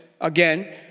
again